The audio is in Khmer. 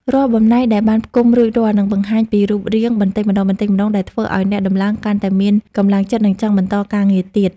រាល់បំណែកដែលបានផ្គុំរួចរាល់នឹងបង្ហាញជារូបរាងបន្តិចម្ដងៗដែលធ្វើឱ្យអ្នកដំឡើងកាន់តែមានកម្លាំងចិត្ត និងចង់បន្តការងារទៀត។